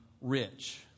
rich